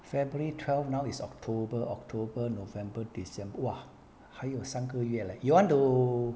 february twelve now is october october november december !wah! 还有三个月 leh you want to